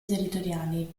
territoriali